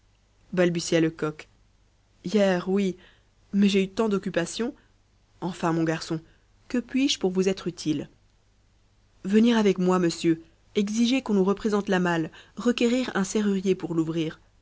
balbutia lecoq hier oui mais j'ai eu tant d'occupations enfin mon garçon que puis-je pour vous être utile venir avec moi monsieur exiger qu'on nous représente la malle requérir un serrurier pour l'ouvrir